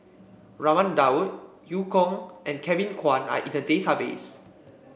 Raman Daud Eu Kong and Kevin Kwan are in the database